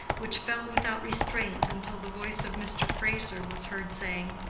which fell without restraint until the voice of mr. fraser was heard saying